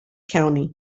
county